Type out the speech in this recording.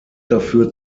dafür